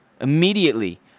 Immediately